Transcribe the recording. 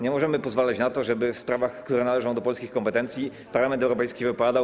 Nie możemy pozwalać na to, żeby w sprawach, które należą do polskich kompetencji, Parlament Europejski się wypowiadał.